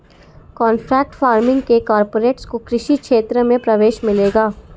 contract farming से corporates को कृषि क्षेत्र में प्रवेश मिलेगा